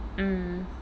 mm